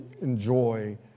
enjoy